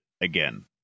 again